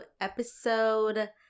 episode